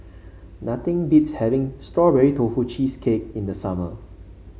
nothing beats having Strawberry Tofu Cheesecake in the summer